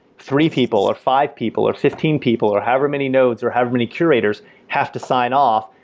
three people, or five people, or fifteen people, or however many nodes, or however many curators have to sign off,